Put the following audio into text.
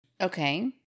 Okay